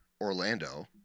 Orlando